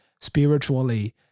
spiritually